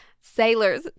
Sailors